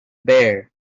bear